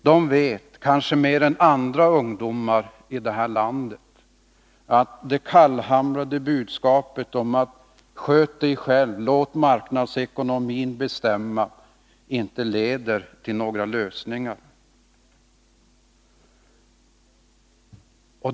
De vet kanske bättre än andra ungdomar i det här landet att det kallhamrade budskapet ”sköt dig själv — låt marknadsekonomin bestämma” inte leder till några lösningar.